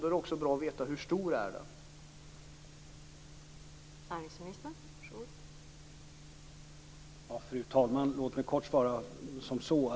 Då är det också bra att veta hur omfattande den är.